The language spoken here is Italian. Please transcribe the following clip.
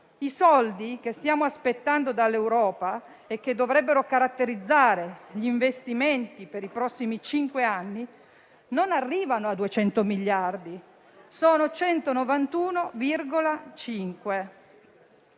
i soldi che stiamo aspettando dall'Europa e che dovrebbero caratterizzare gli investimenti per i prossimi cinque anni, non arrivano a 200 miliardi, sono 191,5.